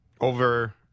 Over